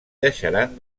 deixaran